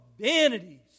vanities